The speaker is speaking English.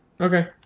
Okay